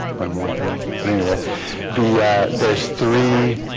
one more thing but anyway the there's three